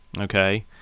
okay